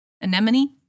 Anemone